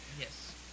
Yes